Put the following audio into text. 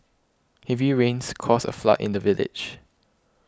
heavy rains caused a flood in the village